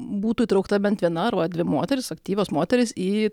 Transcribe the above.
būtų įtraukta bent viena arba dvi moterys aktyvios moterys į